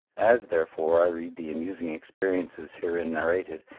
as, therefore, i read the amusing experiences herein narrated,